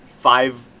five